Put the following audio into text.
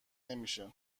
نمیشه